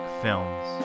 films